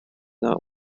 not